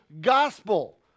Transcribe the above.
gospel